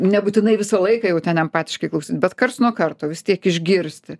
nebūtinai visą laiką jau ten empatiškai koks ten koks bet karts nuo karto vis tiek išgirsti